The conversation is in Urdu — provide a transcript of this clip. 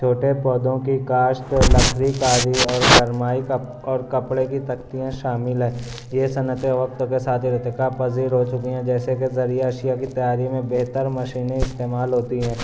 چھوٹے پودوں کی کاشت لکڑی کاری اور سرمائی کپ اور کپڑے کی تختیاں شامل ہیں یہ صنعتیں وقت کے ساتھ کب پذیر ہو چکی ہیں جیسے کہ ضروری اشیاء کی تیاری میں بہتر مشینیں استعمال ہوتی ہیں